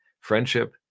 friendship